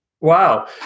wow